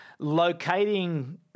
locating